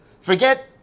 forget